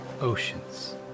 oceans